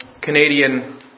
Canadian